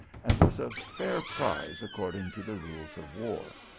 and was a fair prize according to the rules of war.